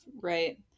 Right